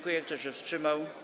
Kto się wstrzymał?